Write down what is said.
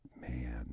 man